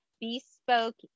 Bespoke